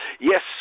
Yes